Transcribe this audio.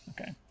Okay